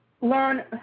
learn